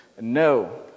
No